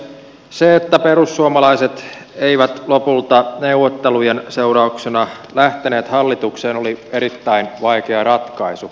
se että perussuomalaiset eivät lopulta neuvottelujen seurauksena lähteneet hallitukseen oli erittäin vaikea ratkaisu